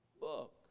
book